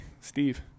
steve